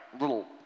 little